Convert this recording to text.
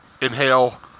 Inhale